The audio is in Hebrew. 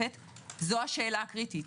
זו השאלה הקריטית.